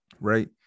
right